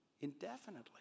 indefinitely